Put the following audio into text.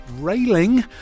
railing